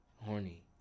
horny